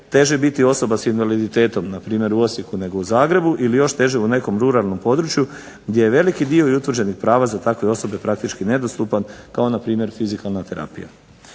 teže biti osoba s invaliditetom npr. u Osijeku nego u Zagrebu ili još teže u nekom ruralnom području gdje je veliki dio i utvrđenih prava za takve osobe praktički nedostupan, kao npr. fizikalna terapija.